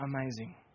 amazing